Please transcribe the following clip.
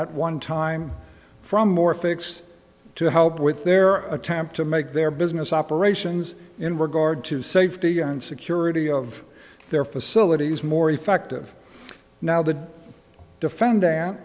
at one time from more fix to help with their attempt to make their business operations in regard to safety and security of their facilities more effective now the defend